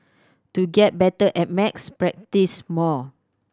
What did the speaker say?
to get better at maths practise more